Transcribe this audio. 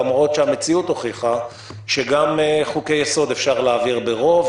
למרות שהמציאות הוכיחה שגם חוקי-יסוד אפשר להעביר ברוב,